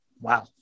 wow